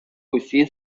усі